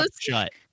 shut